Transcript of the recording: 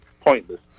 pointless